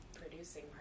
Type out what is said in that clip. producing